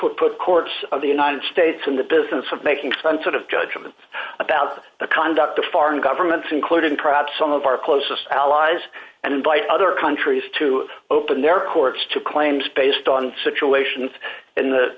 would put the courts of the united states in the business of making some sort of judgment about the conduct of foreign governments including perhaps some of our closest allies and invite other countries to open their courts to claims based on situations in th